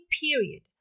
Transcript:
period